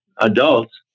adults